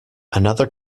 another